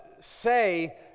say